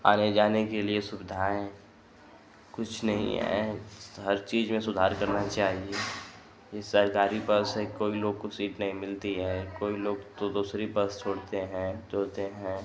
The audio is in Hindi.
आने जाने के लिए सुविधाएँ कुछ नहीं है हर चीज में सुधार करना चाहिए इस साल गाड़ी पर से कोई लोग को सीट नहीं मिलती है कोई लोग तो दूसरी बस फोड़ते हैं हैं